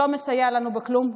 ולא מסייע לנו בכלום,